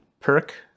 perk